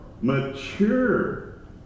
mature